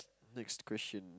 next question